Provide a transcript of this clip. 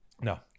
No